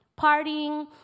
Partying